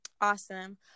Awesome